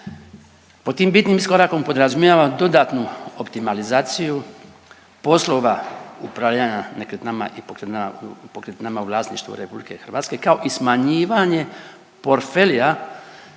Pod tim bitnim iskorakom podrazumijevamo dodatnu optimalizaciju poslova upravljanja nekretninama i pokretninama u vlasništvu RH kao i smanjivanje portfelja